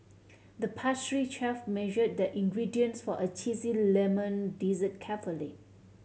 the pastry chef measured the ingredients for a lemon dessert carefully